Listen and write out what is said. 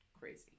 crazy